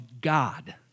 God